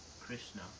Krishna